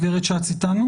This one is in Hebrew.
הגב' שץ איתנו?